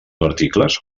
articles